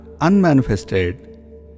unmanifested